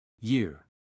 Year